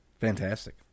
fantastic